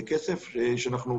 וכמובן,